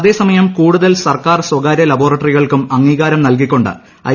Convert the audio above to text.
അതേസമയം കൂടുതൽ സർക്കാർ സ്വകാര്യ ലബോറട്ടറികൾക്കും അംഗീകാരം നൽകിക്കൊണ്ട് ഐ